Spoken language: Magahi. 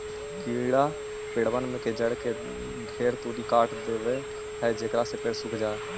कीड़ा पेड़बन के जड़ के ढेर तुरी काट देबा हई जेकरा से पेड़ सूख जा हई